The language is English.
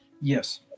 Yes